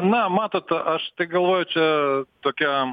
na matot aš galvoju čia tokia